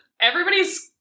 everybody's